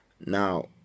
Now